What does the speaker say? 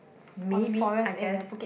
maybe I guess